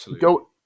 go